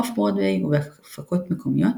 באוף ברודוויי ובהפקות מקומיות,